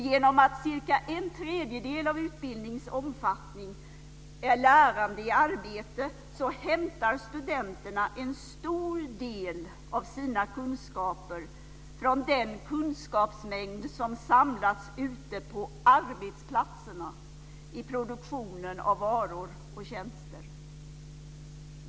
Genom att cirka en tredjedel av utbildningens omfattning är lärande i arbete hämtar studenterna en stor del av sina kunskaper från den kunskapsmängd som samlats ute på arbetsplatserna i produktionen av varor och tjänster.